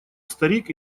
старик